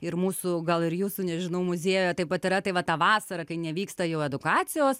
ir mūsų gal ir jūsų nežinau muziejų taip pat yra tai va tą vasarą kai nevyksta jau edukacijos